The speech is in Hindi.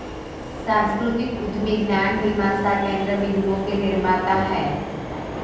सांस्कृतिक उद्यमी ज्ञान मीमांसा केन्द्र बिन्दुओं के निर्माता हैं